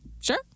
Sure